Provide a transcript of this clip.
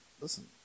listen